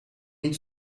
niet